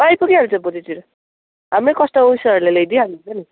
आइपुगि हाल्छ भोलितिर हाम्रै कस्टमरहरूले ल्याइदिइ हाल्नुहुन्छ नि